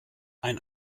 ein